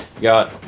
Got